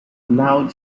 loud